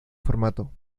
formato